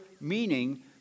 meaning